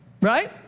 right